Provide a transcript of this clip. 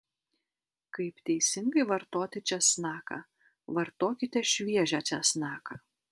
kaip teisingai vartoti česnaką vartokite šviežią česnaką